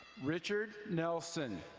richard nelson.